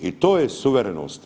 I to je suverenost.